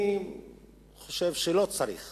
אני חושב שלא צריך